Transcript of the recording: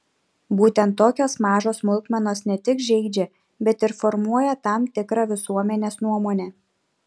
būtent tokios mažos smulkmenos ne tik žeidžia bet ir formuoja tam tikrą visuomenės nuomonę